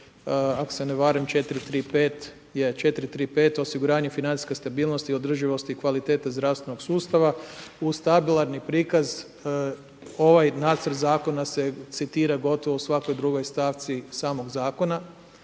ako se ne varam 4.3.5. osiguranje financijske stabilnosti i održivosti kvalitete zdravstvenog sustava, uz stabilni prikaz ovaj nacrt zakona se citira gotovo u svakoj drugoj stavci samog zakona.